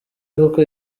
koko